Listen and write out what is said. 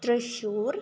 Thrissur